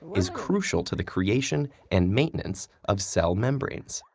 is crucial to the creation and maintenance of cell membranes.